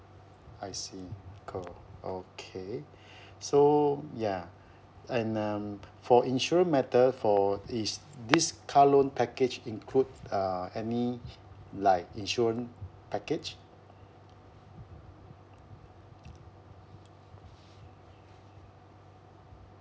I see cool okay so ya and um for insurance matter for is this car loan package include uh any like insurance package